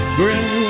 grin